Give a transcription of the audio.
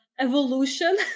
evolution